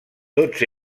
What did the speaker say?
tots